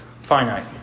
finite